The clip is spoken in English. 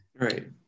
Right